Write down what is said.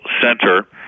center